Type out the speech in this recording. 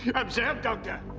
observe, doctor!